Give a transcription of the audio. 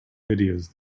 videos